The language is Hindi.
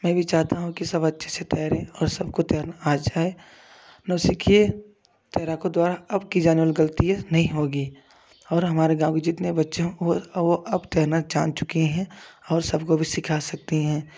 मैं भी चाहता हूँ कि सब अच्छे से तैरे और सबको तैरना आ जाए नौसिखिये तैराको द्वारा अब की जाने वाली गलती है नहीं होगी और हमारे गाँव के जितने बच्चे हैं वो अब तैरना जान चुके हैं और सबको भी सिखा सकते हैं